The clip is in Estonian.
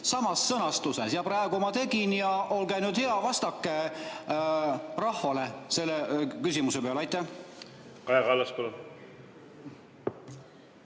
samas sõnastuses. Praegu ma seda tegin. Olge nüüd hea, vastake rahvale selle küsimuse peale. Aitäh!